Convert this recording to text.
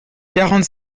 quarante